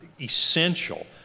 essential